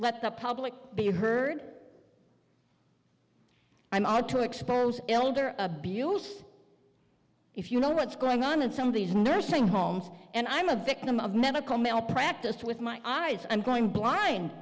the public be heard i'm out to expose elder abuse if you know what's going on in some of these nursing homes and i'm a victim of medical malpractise with my eyes i'm going blind